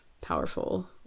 powerful